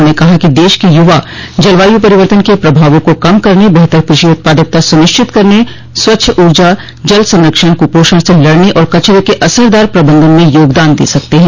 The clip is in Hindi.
उन्होंने कहा कि देश के युवा जलवायु परितर्वन के प्रभावों को कम करने बेहतर कृषि उत्पादकता सुनिश्चित करने स्वच्छ ऊर्जा जल संरक्षण कूपोषण से लड़ने और कचरे के असरदार प्रबंधन में योगदान दे सकते हैं